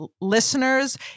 listeners